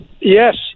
yes